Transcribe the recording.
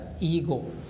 ego